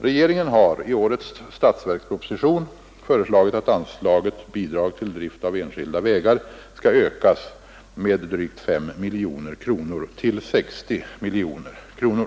Regeringen har i årets statsverksproposition föreslagit att anslaget Bidrag till drift av enskilda vägar skall ökas med drygt 5 miljoner kronor till 60 miljoner kronor.